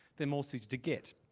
they're more suited to git,